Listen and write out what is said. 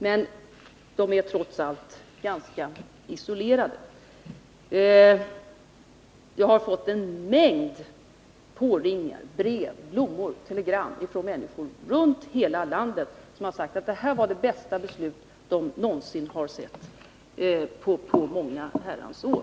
Men de är trots allt ganska isolerade. Jag har fått en mängd påringningar, brev, blommor och telegram från människor runt hela landet, som sagt att det här var det bästa beslut som de sett på många herrans år.